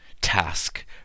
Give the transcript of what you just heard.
task